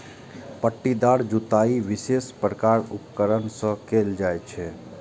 पट्टीदार जुताइ विशेष प्रकारक उपकरण सं कैल जाइ छै